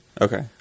okay